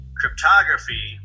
cryptography